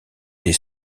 des